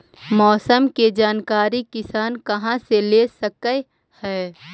मौसम के जानकारी किसान कहा से ले सकै है?